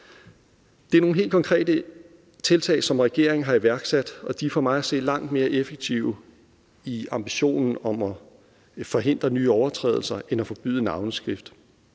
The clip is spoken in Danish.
Det er nogle helt konkrete tiltag, som regeringen har iværksat, og de er for mig at se langt mere effektive i ambitionen om at forhindre nye overtrædelser end at forbyde navneskift.